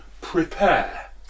prepare